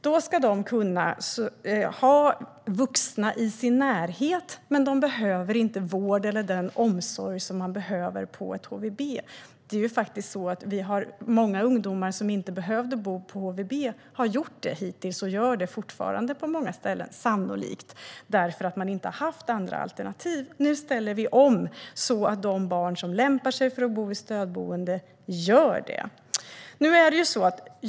Då ska de kunna ha vuxna i sin närhet, men de behöver inte vård eller den omsorg som man behöver på ett HVB. Det är faktiskt så att många ungdomar som inte behöver bo på HVB har gjort det och sannolikt fortfarande gör det på många ställen, för man har inte haft andra alternativ. Nu ställer vi om så att de barn som lämpar sig för att bo i stödboende ska göra det.